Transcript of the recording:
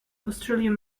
australian